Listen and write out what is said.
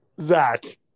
Zach